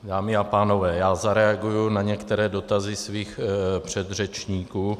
Dámy a pánové, já zareaguji na některé dotazy svých předřečníků.